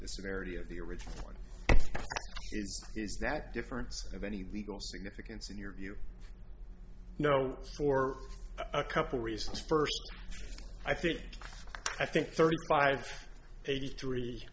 s scenario the original point is that difference of any legal significance in your view no for a couple reasons first i think i think thirty five eighty three